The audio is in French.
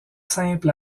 simple